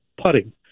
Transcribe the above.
putting